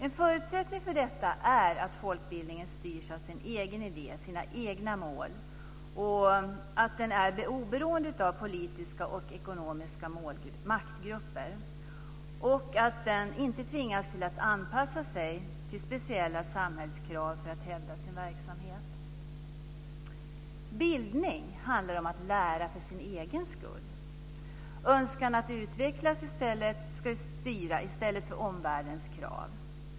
En förutsättning för detta är att folkbildningen styrs av sin egen idé och sina egna mål, att den är oberoende av politiska och ekonomiska maktgrupper och att den inte tvingas till att anpassa sig till speciella samhällskrav för att hävda sin verksamhet. Bildning handlar om att lära för sin egen skull. Önskan att utvecklas ska styra i stället för omvärldens krav.